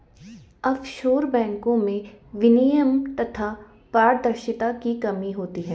offshore बैंको में विनियमन तथा पारदर्शिता की कमी होती है